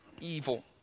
evil